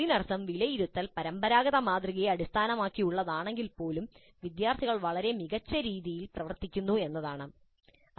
അതിനർത്ഥം വിലയിരുത്തൽ പരമ്പരാഗത മാതൃകയെ അടിസ്ഥാനമാക്കിയുള്ളതാണെങ്കിൽപ്പോലും വിദ്യാർത്ഥികൾ വളരെ മികച്ച രീതിയിൽ പ്രവർത്തിക്കുന്നതായി തോന്നുന്നു